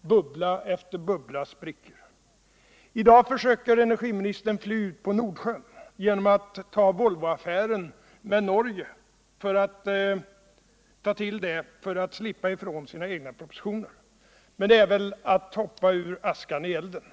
Bubbla efter bubbla spricker. I dag försöker energiministern att fly ut på Nordsjön genom att ta till Volvoaffären med Norge för att slippa ifrån sina egna propositioner. Men det är väl att hoppa ur askan i elden.